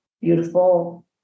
beautiful